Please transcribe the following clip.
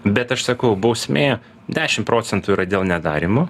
bet aš sakau bausmė dešim procentų yra dėl nedarymo